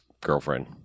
girlfriend